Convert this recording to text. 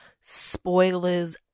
spoilers